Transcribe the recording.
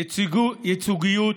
ייצוגיות,